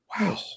wow